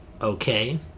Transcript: okay